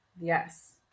Yes